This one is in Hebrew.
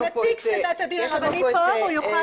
הנציג של בית הדין הרבני פה והוא יוכל